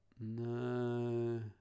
No